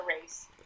race